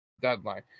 deadline